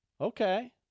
Okay